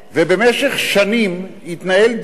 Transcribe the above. ובמשך שנים יתנהל דיון,